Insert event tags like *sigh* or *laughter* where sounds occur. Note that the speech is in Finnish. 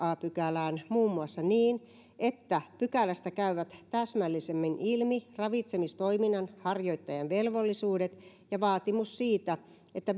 a pykälään muun muassa niin että pykälästä käyvät täsmällisemmin ilmi ravitsemistoiminnan harjoittajan velvollisuudet ja vaatimus siitä että *unintelligible*